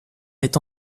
est